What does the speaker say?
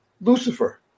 Lucifer